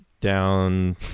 down